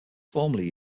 formerly